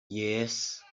yes